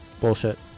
bullshit